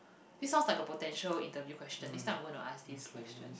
this sounds like a potential interview question next time I'm gonna ask this question